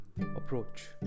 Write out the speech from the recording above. approach